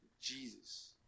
Jesus